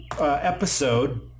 episode